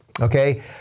okay